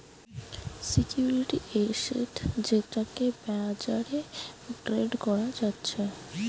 security asset যেটাকে বাজারে trade করা যাচ্ছে